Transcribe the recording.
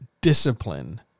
discipline